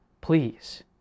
please